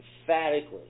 emphatically